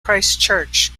christchurch